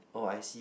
oh I see